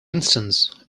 instance